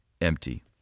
empty